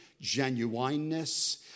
genuineness